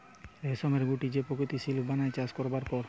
রেশমের গুটি যে প্রকৃত সিল্ক বানায় চাষ করবার পর